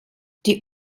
die